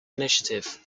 initiative